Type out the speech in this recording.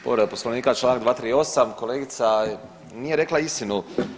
Povreda Poslovnika čl. 238., kolegica nije rekla istinu.